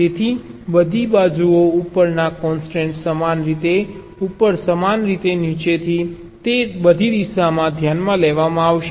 તેથી બધી બાજુઓ ઉપરની કોન્સ્ટ્રેન્ટ સમાન રીતે ઉપર સમાન રીતે નીચે તે બધી દિશામાં ધ્યાનમાં લેવામાં આવશે